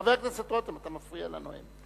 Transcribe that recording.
חבר הכנסת רותם, אתה מפריע לנואם.